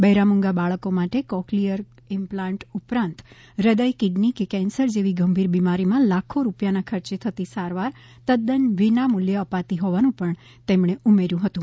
બહેરા મૂંગા બાળકો માટે કોક્લીયર ઇમ્પ્લાન્ટ ઉપરાંત હૃદય કિડની કે કેન્સર જેવી ગંભીર બીમારીમાં લાખો રૂપિયાના ખર્ચે થતી સારવાર તદ્દન વિનામૂલ્યે અપાતી હોવાનું તેમણે ઉમેર્યું હતું